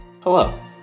Hello